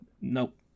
Nope